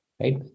Right